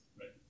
Right